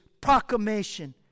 proclamation